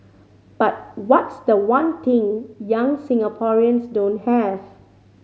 but what's the one thing young Singaporeans don't have